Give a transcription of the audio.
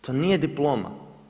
To nije diploma.